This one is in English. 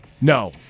No